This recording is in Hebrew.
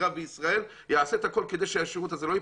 כרב בישראל אני אעשה הכול כדי שהשירות הזה לא ייפגע.